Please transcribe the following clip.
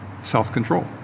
self-control